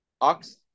ox